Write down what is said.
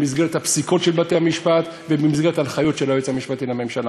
במסגרת הפסיקות של בתי-המשפט ובמסגרת ההנחיות של היועץ המשפטי לממשלה.